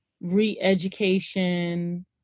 re-education